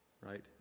right